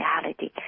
reality